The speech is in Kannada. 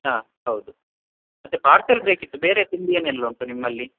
ಹಾಂ ಹೌದು ಮತ್ತು ಪಾರ್ಸೆಲ್ ಬೇಕಿತ್ತು ಬೇರೆ ತಿಂಡಿ ಏನೆಲ್ಲ ಉಂಟು ನಿಮ್ಮಲ್ಲಿ